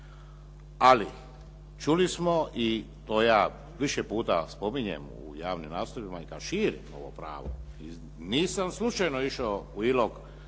Ali čuli smo i to ja više puta spominjem u javnim nastupima i kao širim ovo pravo i nisam slučajno išao u Ilok